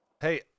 Hey